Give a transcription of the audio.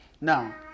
Now